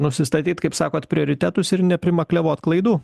nusistatyt kaip sakot prioritetus ir neprimakliavot klaidų